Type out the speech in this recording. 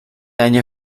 año